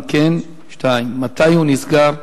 2. אם כן, מתי הוא נסגר?